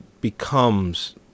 becomes